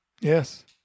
yes